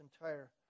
entire